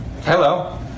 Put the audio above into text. Hello